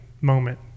moment